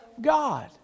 God